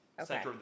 Okay